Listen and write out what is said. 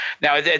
Now